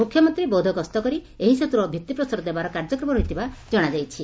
ମୁଖ୍ୟମନ୍ତୀ ବୌଦ୍ଧ ଗସ୍ତ କରି ଏହି ସେତୁର ଭିତିପ୍ରସ୍ତର ଦେବାର କାର୍ଯ୍ୟକ୍ରମ ରହିଥିବା ଜଣାଯାଇଛି